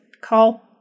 call